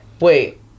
wait